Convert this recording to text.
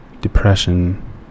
depression